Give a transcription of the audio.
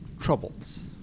troubles